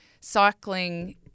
cycling